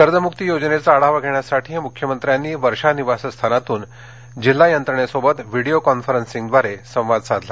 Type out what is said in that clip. कर्जमुक्ती योजनेचा आढावा घेण्यासाठी मुख्यमंत्र्यांनी वर्षा निवासस्थानातून जिल्हा यंत्रणेशी व्हिडिओ कॉन्फरन्सिंगद्वारे संवाद साधला